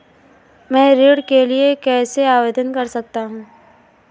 मैं ऋण के लिए कैसे आवेदन कर सकता हूं?